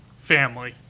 family